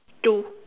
two